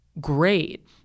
great